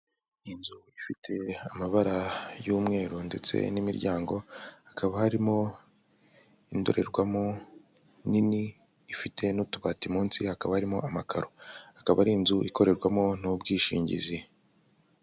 Inzu ifite amabara y'umweru ndetse n'imiryango, hakaba harimo indorerwamo nini ifite n'utubati, munsi hakaba harimo amakaro, akaba ari inzu ikorerwamo n'ubwishingizi.